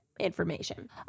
Information